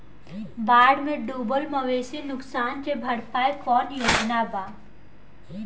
बाढ़ में डुबल मवेशी नुकसान के भरपाई के कौनो योजना वा?